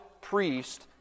priest